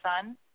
son